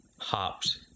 hopped